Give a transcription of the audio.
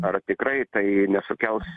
ar tikrai tai nesukels